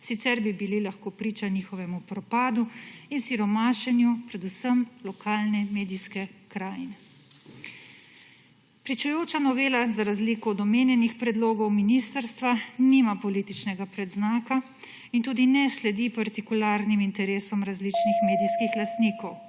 sicer bi bili lahko priča njihovemu propadu in siromašenju predvsem lokalne medijske krajine. Pričujoča novela za razliko od omenjenih predlogov ministrstva nima političnega predznaka in tudi ne sledi partikularnim interesom različnih medijskih lastnikov.